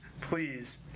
Please